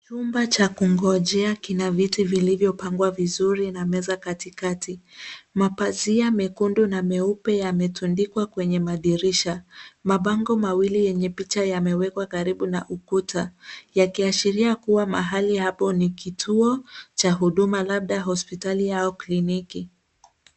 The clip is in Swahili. Chumba cha kungonjea kina viti vilivyopangwa vizuri na meza katikati. Mapazia mekundu na meupe yametundikwa kwenye madirisha. Mabango mawili yenye picha yamewekwa karibu na ukuta, yakiashiria kuwa mahali hapo ni kituo cha huduma labda hospitali au kliniki.